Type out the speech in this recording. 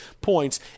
points